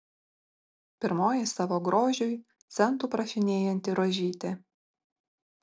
pirmoji savo grožiui centų prašinėjanti rožytė